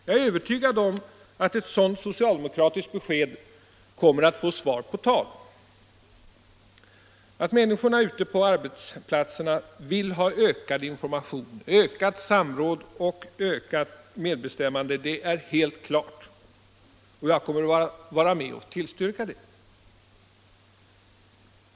Jag är övertygad om att ett sådant socialdemokratiskt besked kommer att få svar på tal. Att människorna ute på arbetsplatserna vill ha ökad information, ökat samråd och ökad medbestämmanderätt är helt klart, och jag får väl vara med och tillstyrka det.